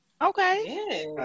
Okay